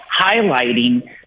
highlighting